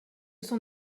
sont